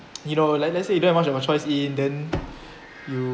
you know let let's say if you don't have much of a choice in then you